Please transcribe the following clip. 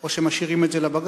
או שמשאירים את זה לבג"ץ.